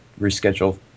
reschedule